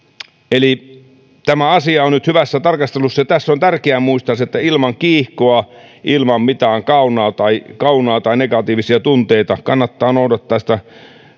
eli tämä asia on nyt hyvässä tarkastelussa ja tässä on tärkeää muistaa se että ilman kiihkoa ilman mitään kaunaa tai kaunaa tai negatiivisia tunteita kannattaa noudattaa sitä